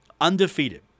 undefeated